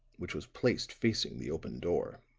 which was placed facing the open door.